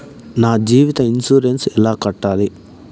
నా జీవిత ఇన్సూరెన్సు ఎలా కట్టాలి?